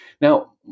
Now